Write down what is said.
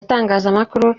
itangazamakuru